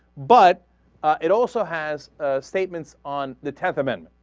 but it also has ah. statements on the temperament ah.